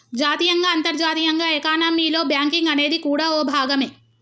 జాతీయంగా అంతర్జాతీయంగా ఎకానమీలో బ్యాంకింగ్ అనేది కూడా ఓ భాగమే